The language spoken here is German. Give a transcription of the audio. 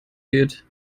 geht